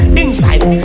inside